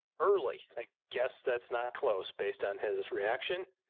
early like guests that's not close based on his reaction.